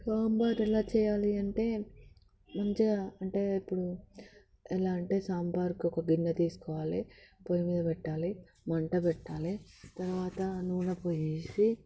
సాంబార్ ఎలా చేయాలి అంటే మంచిగా అంటే ఇప్పుడు ఎలా అంటే సాంబార్కు ఒక గిన్నె తీసుకోవాలి పోయి మీద పెట్టాలి మంట పెట్టాలి తర్వాత నూనె పోసి